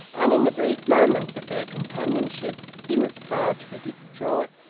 and in the brief moments of their companionship he was far too distraught,